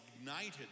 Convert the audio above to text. ignited